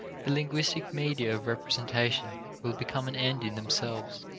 the linguistic media of representation will become an end in themselves.